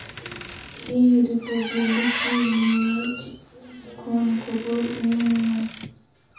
ᱤᱧ Republic news ᱠᱷᱚᱱ ᱠᱷᱚᱵᱚᱨ ᱤᱢᱟᱹᱧ ᱢᱮ